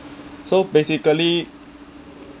so basically